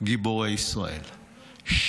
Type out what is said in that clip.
גיבורי ישראל,